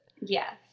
Yes